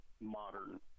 modern